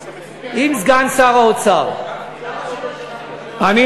תיפגש עם שר האוצר, תדבר אתו.